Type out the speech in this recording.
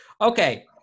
Okay